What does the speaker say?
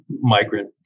migrant